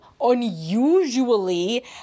unusually